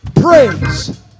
praise